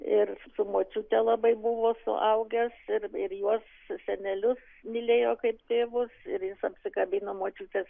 ir su močiute labai buvo suaugęs ir ir juos su seneliu mylėjo kaip tėvus ir jis apsikabino močiutės